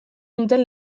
duten